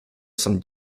some